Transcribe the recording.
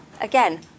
again